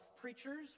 preachers